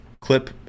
clip